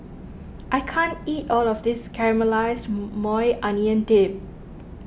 I can't eat all of this Caramelized Maui Onion Dip